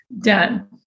done